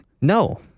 No